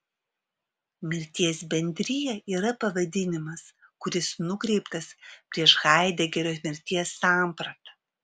mirties bendrija yra pavadinimas kuris nukreiptas prieš haidegerio mirties sampratą